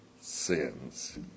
sins